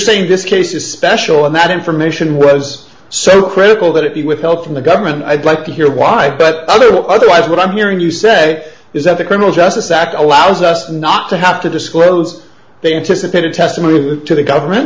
saying this case is special and that information was so critical that it be with help from the government i'd like to hear why but otherwise what i'm hearing you say is that the criminal justice act allows us to not to have to disclose they anticipated testimony to the government